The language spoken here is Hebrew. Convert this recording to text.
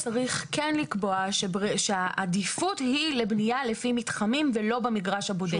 צריך כן לקבוע שהעדיפות היא לבנייה לפי מתחמים ולא במגרש הבודד.